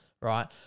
right